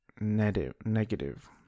negative